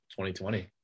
2020